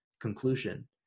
conclusion